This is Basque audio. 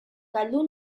galdu